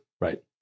right